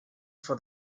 for